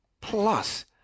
plus